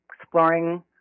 exploring